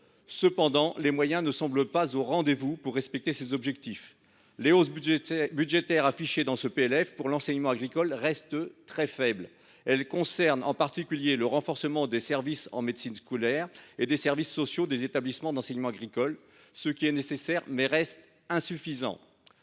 Cependant, les moyens ne semblent pas au rendez vous pour respecter ces objectifs. Les hausses budgétaires affichées dans ce PLF pour l’enseignement agricole restent très faibles. Elles concernent, en particulier, le renforcement des services en médecine scolaire et des services sociaux des établissements d’enseignement agricole, ce qui est certes nécessaire, mais reste insuffisant.